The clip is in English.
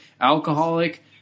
alcoholic